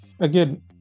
again